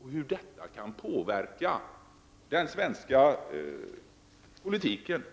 Jag begriper inte hur detta kan påverka den svenska politiken.